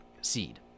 Seed